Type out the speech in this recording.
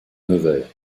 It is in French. nevers